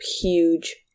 huge